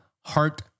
heart